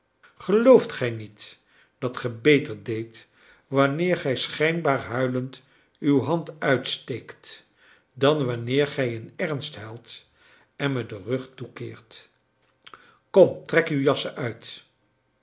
gelooft gij niet dat ge beter deedt wanneer gij schijnbaar huilend uw hand uitsteekt dan wanneer gij in ernst huilt en me den rug toekeert kom trek uw jassen uit